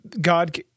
God